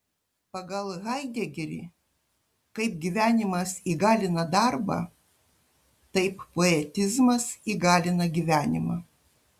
pagal haidegerį kaip gyvenimas įgalina darbą taip poetizmas įgalina gyvenimą